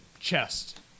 chest